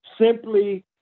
simply